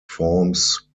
forms